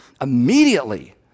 immediately